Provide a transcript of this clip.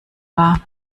war